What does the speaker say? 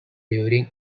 during